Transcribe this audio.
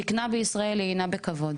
זקנה בישראל היא אינה בכבוד